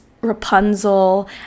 Rapunzel